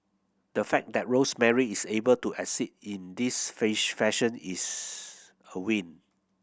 the fact that Rosemary is able to exit in this fish fashion is a win